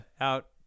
out